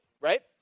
right